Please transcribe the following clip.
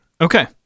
Okay